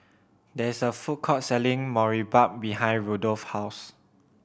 there is a food court selling Boribap behind Rudolph's house